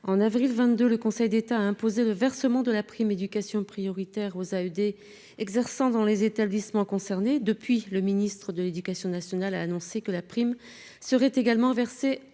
en avril 22 le Conseil d'État a imposé le versement de la prime éducation prioritaire aux AUD exerçant dans les établissements concernés depuis le ministre de l'Éducation nationale a annoncé que la prime serait également versée